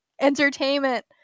entertainment